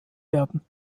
werden